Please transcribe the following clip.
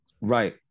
Right